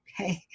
Okay